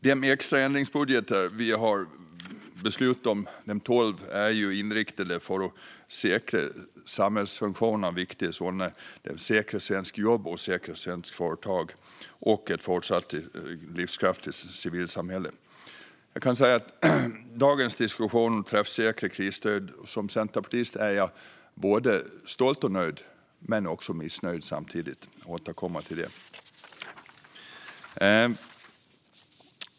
De extra ändringsbudgetar som vi har beslutat om är inriktade på att säkra viktiga samhällsfunktioner, säkra svenska jobb, säkra svenska företag och säkra ett fortsatt livskraftigt civilsamhälle. När det gäller dagens diskussion om träffsäkra krisstöd kan jag säga att jag som centerpartist är både stolt och nöjd, men samtidigt missnöjd. Jag återkommer till det.